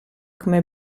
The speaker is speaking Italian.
come